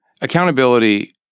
Accountability